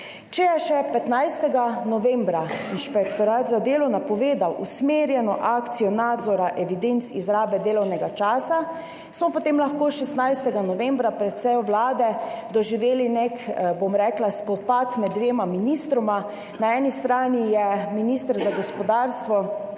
Če je še 15. novembra Inšpektorat za delo napovedal usmerjeno akcijo nadzora evidenc izrabe delovnega časa, smo potem lahko 16. novembra pred sejo Vlade doživeli nek, bom rekla, spopad med dvema ministroma. Na eni strani je minister za gospodarstvo